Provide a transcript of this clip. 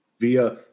via